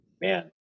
man